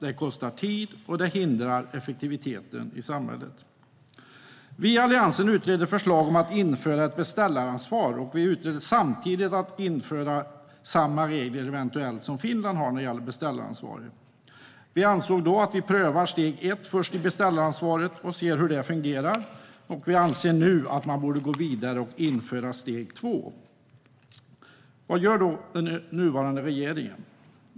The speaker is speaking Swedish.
Det kostar tid. Och det hindrar effektiviteten i samhället. Vi i Alliansen utredde förslag om att införa ett beställaransvar. Vi utredde samtidigt om man eventuellt skulle införa samma regler som Finland har när det gäller beställaransvaret. Vi ansåg då att vi skulle pröva steg ett först i beställaransvaret och se hur det fungerade. Och vi anser nu att man borde gå vidare och införa steg två. Vad gör då den nuvarande regeringen?